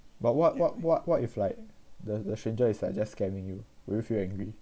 but what what what what if like the the stranger is like just scaring you will you feel angry